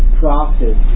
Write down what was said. profit